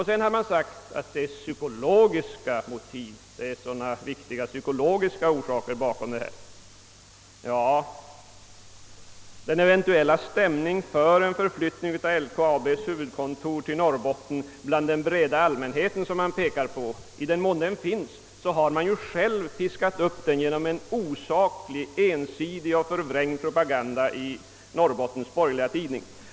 Vidare har man sagt att det ligger viktiga psykologiska orsaker bakom kravet på kontorets flyttning. I den mån det finns en stämning för en förflyttning av LKAB:s huvudkontor till Norrbotten bland den breda allmänheten har man själv piskat upp den genom en osaklig, ensidig och förvrängd propaganda i Norrbottens borgerliga tidning.